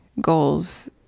goals